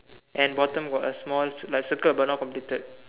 and bottom got a small like circle but not completed